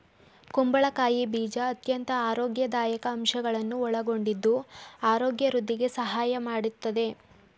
ಕುಂಬಳಕಾಯಿ ಬೀಜ ಅತ್ಯಂತ ಆರೋಗ್ಯದಾಯಕ ಅಂಶಗಳನ್ನು ಒಳಗೊಂಡಿದ್ದು ಆರೋಗ್ಯ ವೃದ್ಧಿಗೆ ಸಹಾಯ ಮಾಡತ್ತದೆ